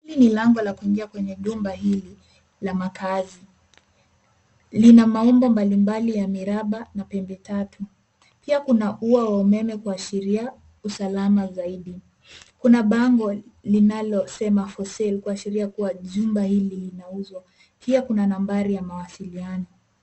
Hili ni lango la kuingia kwenye jumba hili la makazi. Lina maumbo mbalimbali ya miraba na pembe tatu. Pia kuna ua wa umeme kuashiria usalama zaidi. Kuna bango linalosema for sale kuashiria kuwa jumba hili linauzwa. Pia kuna nambari ya mawasiliano.